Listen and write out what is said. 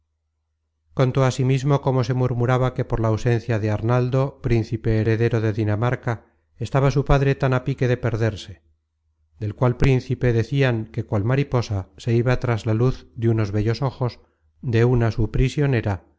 arnaldo príncipe heredero de dinamarca estaba su padre tan á pique de perderse del cual príncipe decian que cual mariposa se iba tras la luz de unos bellos ojos de una su prisionera tan